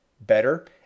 Better